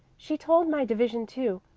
she told my division too,